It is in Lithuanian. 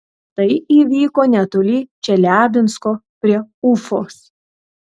tai įvyko netoli čeliabinsko prie ufos